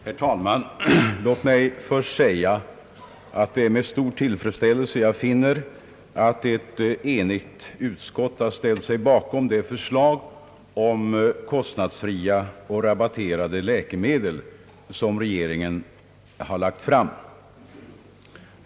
Herr talman! Låt mig först säga att det är med stor tillfredsställelse jag finner att ett enigt utskott har ställt sig bakom det förslag om kostnadsfria och rabatterade läkemedel som regeringen har lagt fram.